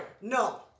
no